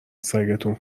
سگتون